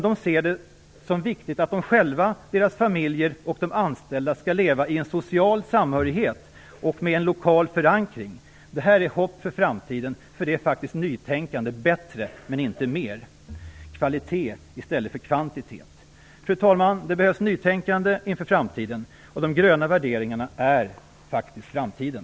De ser det som viktigt att de själva, deras familjer och de anställda skall leva i en social samhörighet och med en lokal förankring. Det här är hopp för framtiden. Det är nytänkande: bättre, men inte mer. Kvalitet i stället för kvantitet. Fru talman! Det behövs nytänkande inför framtiden. De gröna värderingarna är framtiden.